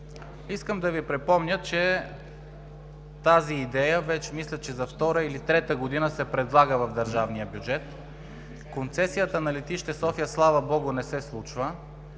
Искам да Ви припомня, че тази идея, мисля, че за втора или трета година се предлага в държавния бюджет. Концесията на Летище София, слава Богу, не се случва,